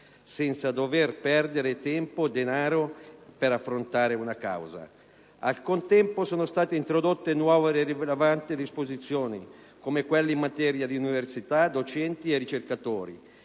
senza dover perdere tempo e denaro nell'affrontare una causa. Al contempo sono state introdotte nuove e rilevanti disposizioni in materia di università, docenti e ricercatori,